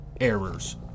errors